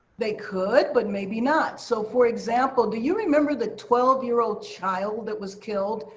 they could, but maybe not. so, for example, do you remember the twelve year old child that was killed,